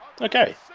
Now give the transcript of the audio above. Okay